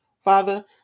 father